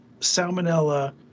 salmonella